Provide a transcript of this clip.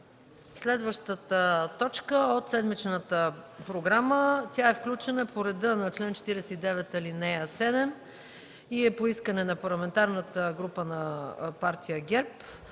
следващата точка от седмичната програма, включена по реда на чл. 49, ал. 7 по искане на парламентарната група на Партия ГЕРБ,